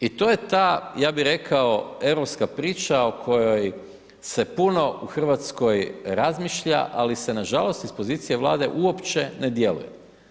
I to je ta, ja bi rekao europska priča o kojoj se puno u Hrvatskoj razmišlja, ali se nažalost, iz pozicije vlade, uopće ne djeluje.